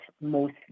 mostly